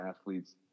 athletes